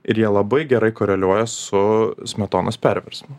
ir jie labai gerai koreliuoja su smetonos perversmu